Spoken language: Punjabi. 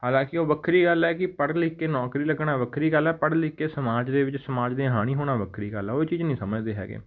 ਹਾਲਾਂਕੀ ਉਹ ਵੱਖਰੀ ਗੱਲ ਹੈ ਕਿ ਪੜ੍ਹ ਲਿਖ ਕੇ ਨੌਕਰੀ ਲੱਗਣਾ ਵੱਖਰੀ ਗੱਲ ਹੈ ਪੜ੍ਹ ਲਿਖ ਕੇ ਸਮਾਜ ਦੇ ਵਿੱਚ ਸਮਾਜ ਦੇ ਹਾਣੀ ਹੋਣਾ ਵੱਖਰੀ ਗੱਲ ਆ ਉਹ ਚੀਜ਼ ਨਹੀਂ ਸਮਝਦੇ ਹੈਗੇ